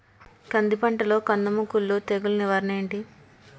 కంది పంటలో కందము కుల్లు తెగులు నివారణ ఏంటి?